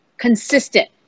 consistent